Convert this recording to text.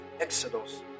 Exodus